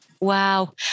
Wow